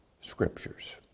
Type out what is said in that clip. scriptures